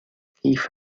كيف